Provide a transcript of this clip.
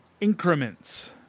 increments